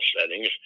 settings